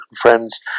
friends